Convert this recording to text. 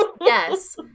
yes